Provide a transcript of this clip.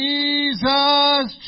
Jesus